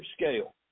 scale